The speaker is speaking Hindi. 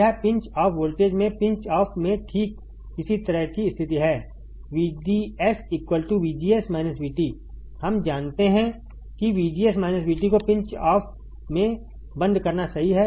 यह पिंच ऑफ वोल्टेज में पिंच ऑफ में ठीक इसी तरह की स्थिति है VDS VGS VT हम जानते हैं कि VGS VT को पिंच ऑफ में बंद करना सही है